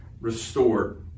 restored